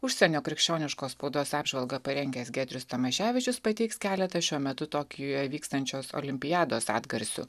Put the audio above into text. užsienio krikščioniškos spaudos apžvalgą parengęs giedrius tamoševičius pateiks keletą šiuo metu tokijuje vykstančios olimpiados atgarsių